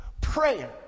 Prayer